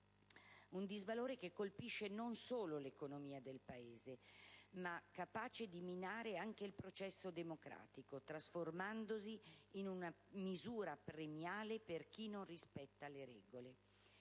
Un disvalore che colpisce non solo l'economia del Paese, ma che è capace di minare anche il processo democratico, trasformandosi in una misura premiale per chi non rispetta le regole.